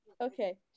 okay